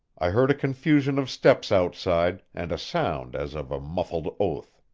i heard a confusion of steps outside, and a sound as of a muffled oath.